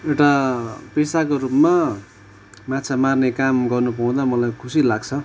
एउटा पेसाको रूपमा माछा मार्ने काम गर्नु पाउँदा मलाई खुसी लाग्छ